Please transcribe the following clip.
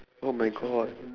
oh my god